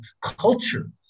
culture